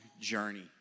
journey